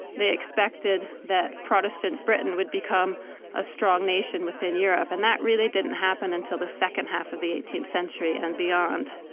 they expected that protestant britain would become a strong nation within europe, and that really didn't happen until the second half of the eighteenth century and beyond.